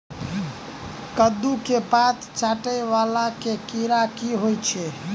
कद्दू केँ पात चाटय वला केँ कीड़ा होइ छै?